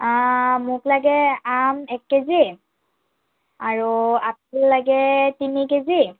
মোক লাগে আম এক কেজি আৰু আপেল লাগে তিনি কেজি